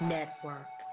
Network